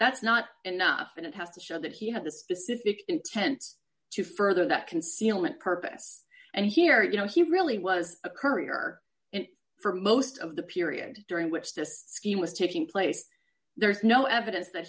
that's not enough and it has to show that he had the specific intent to further that concealment purpose and here you know he really was a courier and for most of the period during which just scheme was taking place there is no evidence that